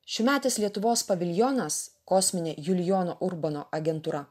šiųmetis lietuvos paviljonas kosminė julijono urbono agentūra